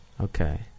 Okay